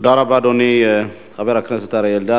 תודה רבה, אדוני חבר הכנסת אריה אלדד.